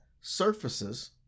surfaces